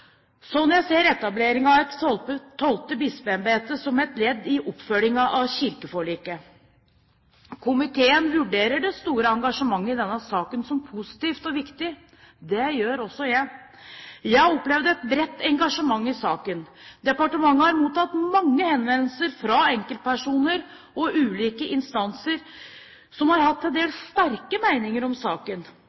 ser jeg etableringen av et tolvte bispeembete som et ledd i oppfølgingen av kirkeforliket. Komiteen vurderer det store engasjementet i denne saken som positivt og viktig. Det gjør også jeg. Jeg har opplevd et bredt engasjement i saken. Departementet har mottatt mange henvendelser fra enkeltpersoner og ulike instanser som har hatt til dels sterke meninger om saken.